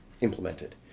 implemented